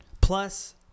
Plus